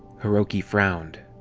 hiroki frowned.